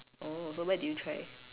oh so where did you try